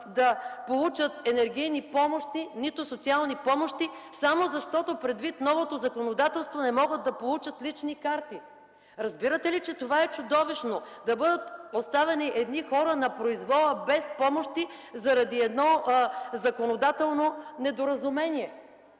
да получат енергийни помощи и социални помощи само защото предвид новото законодателство не могат да получат лични карти! Разбирате ли, че това е чудовищно – едни хора да бъдат оставени на произвола без помощи заради едно законодателно недоразумение?!